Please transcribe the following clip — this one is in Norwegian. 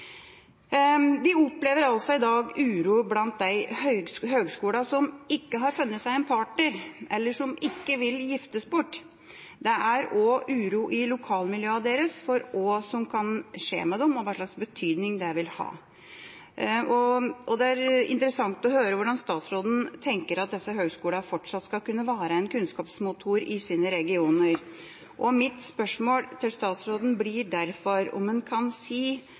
opplever altså i dag uro blant de høgskolene som ikke har funnet seg en partner eller som ikke vil giftes bort. Det er også uro i lokalmiljøene deres for hva som kan skje med dem, og hva slags betydning det vil ha. Det er interessant å høre hvordan statsråden tenker at disse høgskolene fortsatt skal kunne være en kunnskapsmotor i sine regioner. Mitt spørsmål til statsråden blir derfor om han kan si